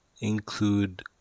include